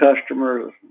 customers